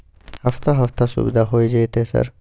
हफ्ता हफ्ता सुविधा होय जयते सर?